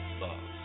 love